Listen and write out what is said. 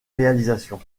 réalisations